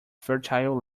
fertile